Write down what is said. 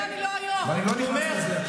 איבדתם את זה, באמת, סליחה.